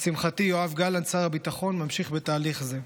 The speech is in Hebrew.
לשמחתי, יואב גלנט, שר הביטחון, ממשיך בתהליך זה.